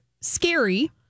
scary